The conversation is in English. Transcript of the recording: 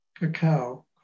cacao